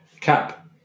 CAP